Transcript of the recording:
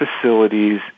facilities